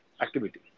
activity